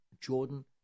Jordan